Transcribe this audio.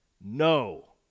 no